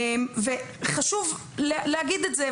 חשוב להגיד את זה,